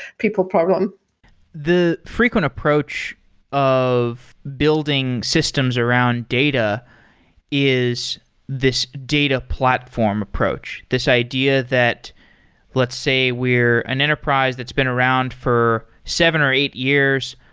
people problem the frequent approach of building systems around data is this data platform approach. this idea that let's say we're an enterprise that's been around for seven or eight years.